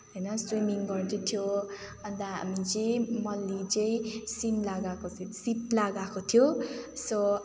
होइन स्विमिङ गर्दै थियो अन्त हामी चाहिँ मल्ली चाहिँ सिङ्ला गएको थियो सिपला गएको थियो सो